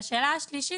השאלה השלישית,